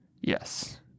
Yes